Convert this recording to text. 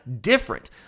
different